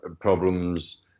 problems